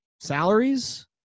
salaries